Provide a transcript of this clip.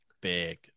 big